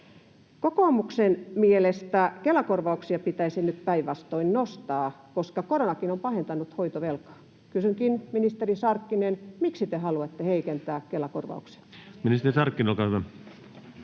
Kokoomuksen mielestä Kela-korvauksia pitäisi nyt päinvastoin nostaa, koska koronakin on pahentanut hoitovelkaa. Kysynkin, ministeri Sarkkinen: miksi te haluatte heikentää Kela-korvauksia? Ministeri Sarkkinen, olkaa hyvä.